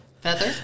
Feather